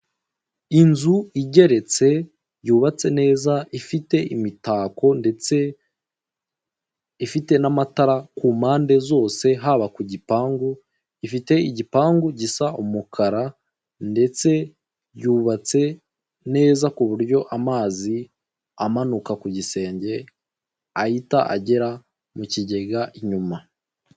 Inzu igeretse yubatse neza ifite imitako ndetse ifite n'amatara ku mpande zose haba ku gipangu, ifite igipangu gisa umukara ndetse yubatse neza ku buryo amazi amanuka ku gisenge ahita agera mu kigega inyuma.